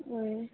हूँ